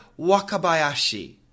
Wakabayashi